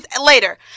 later